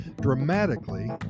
dramatically